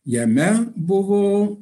jame buvo